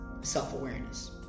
self-awareness